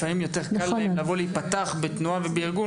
לפעמים יותר קל להם לבוא להיפתח בתנועה ובארגון